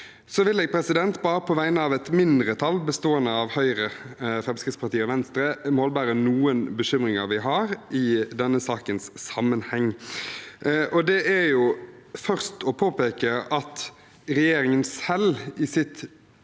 forslaget. Jeg vil på vegne av et mindretall, bestående av Høyre, Fremskrittspartiet og Venstre, målbære noen bekymringer vi har i denne sakens sammenheng. Det er først å påpeke at regjeringen selv i sitt